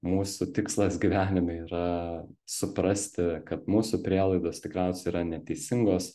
mūsų tikslas gyvenime yra suprasti kad mūsų prielaidos tikriausiai yra neteisingos